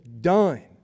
done